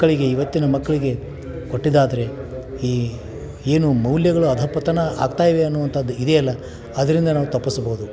ಮಕ್ಕಳಿಗೆ ಇವತ್ತಿನ ಮಕ್ಕಳಿಗೆ ಕೊಟ್ಟಿದ್ದಾದ್ರೆ ಈ ಏನು ಮೌಲ್ಯಗಳು ಅಧ ಪತನ ಆಗ್ತಾ ಇವೆ ಅನ್ನುವಂಥದ್ದು ಇದೆಯಲ್ಲ ಅದರಿಂದ ನಾವು ತಪ್ಪಿಸಬೋದು